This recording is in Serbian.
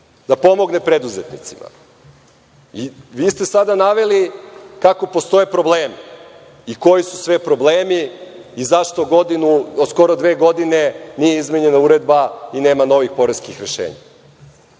da pomogne preduzetnicima. Vi ste sada naveli kako postoje problemi i koji su sve problemi i zašto skoro dve godine nije izmenjena uredba i nema novih poreskih rešenja.